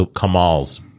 Kamal's